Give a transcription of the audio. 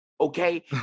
Okay